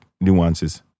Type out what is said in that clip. nuances